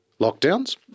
lockdowns